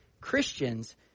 Christians